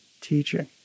teaching